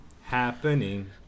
happening